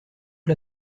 que